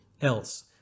else